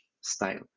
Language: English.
style